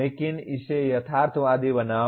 लेकिन इसे यथार्थवादी बनाओ